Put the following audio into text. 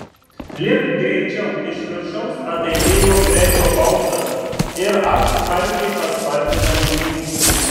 lipk greičiau iš viršaus ataidėjo fredžio balsas ir aš smarkiai paspartinau žingsnį